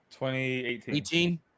2018